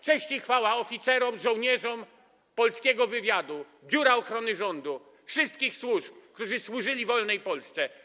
Cześć i chwała oficerom, żołnierzom polskiego wywiadu, Biura Ochrony Rządu, wszystkich służb, którzy służyli wolnej Polsce!